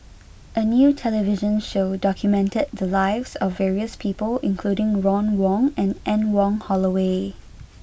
a new television show documented the lives of various people including Ron Wong and Anne Wong Holloway